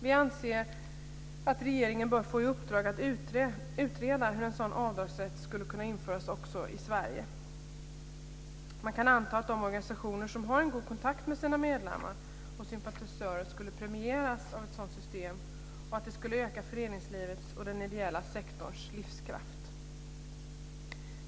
Vi anser att regeringen bör få i uppdrag att utreda hur en sådan avdragsrätt skulle kunna införas också i Sverige. Man kan anta att de organisationer som har en god kontakt med sina medlemmar och sympatisörer skulle premieras av ett sådant system och att det skulle öka föreningslivets och den ideella sektorns livskraft.